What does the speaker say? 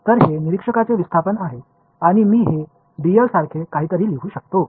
எனவே இது observer's displacement observer's displacement இதை dl என்று குறிப்பிட முடியும்